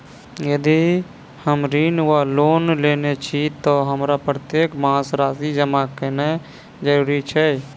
यदि हम ऋण वा लोन लेने छी तऽ हमरा प्रत्येक मास राशि जमा केनैय जरूरी छै?